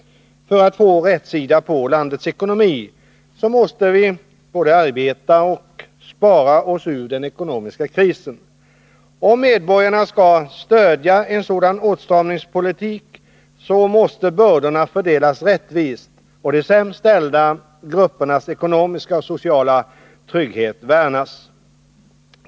För att få rätsida på landets ekonomi måste vi både arbeta och spara oss ur den ekonomiska krisen. Om medborgarna skall stödja en sådan åtstramningspolitik, måste bördorna fördelas rättvist och de sämst ställda gruppernas ekonomiska och sociala trygghet värnas.